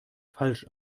falsch